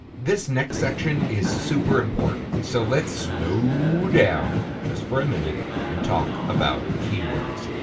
this next section is super important, so let's slow down just for a minute and talk about keywords.